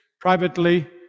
privately